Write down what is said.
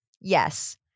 yes